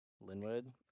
Linwood